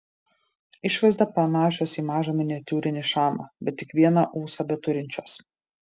išvaizda panašios į mažą miniatiūrinį šamą bet tik vieną ūsą beturinčios